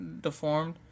deformed